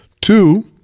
Two